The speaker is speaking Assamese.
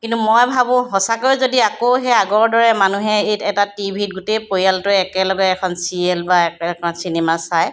কিন্তু মই ভাবোঁ সঁচাকৈ যদি আকৌ সেই আগৰ দৰে মানুহে এই এটা টি ভিত গোটেই পৰিয়ালটোৱে একেলগে এখন ছিৰিয়েল বা এখন চিনেমা চাই